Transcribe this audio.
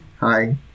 hi